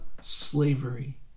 slavery